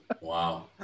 wow